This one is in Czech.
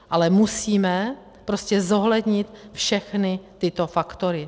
Ale musíme prostě zohlednit všechny tyto faktory.